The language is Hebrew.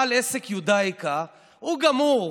בעל עסק יודאיקה, הוא גמור.